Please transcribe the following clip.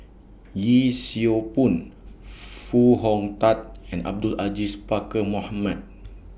Yee Siew Pun Foo Hong Tatt and Abdul Aziz Pakkeer Mohamed